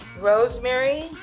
rosemary